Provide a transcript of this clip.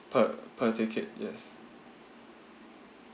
per per ticket yes